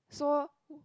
so